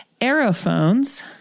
Aerophones